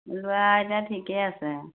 ল'ৰা এতিয়া ঠিকে আছে